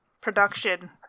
production